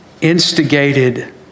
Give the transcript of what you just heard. instigated